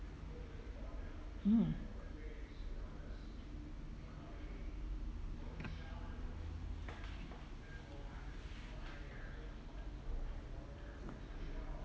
mm